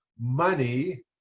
money